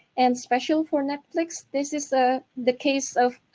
and special for netflix, this is ah the case of.